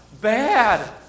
bad